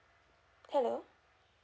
hello